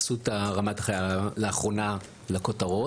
אסותא רמת החייל עלתה לאחרונה לכותרות,